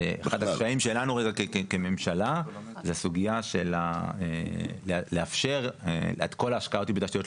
אחד הקשיים שלנו כממשלה זה הסוגיה של לממש את כל ההשקעה הזאת בתשתיות,